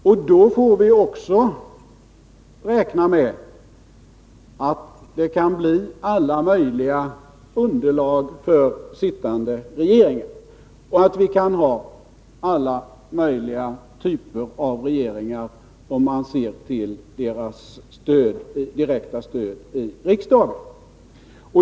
Därmed får vi också räkna med att det kan bli alla möjliga underlag för sittande regeringar och att vi kan ha alla möjliga typer av regeringar, om vi ser till deras direkta stöd i riksdagen.